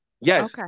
Yes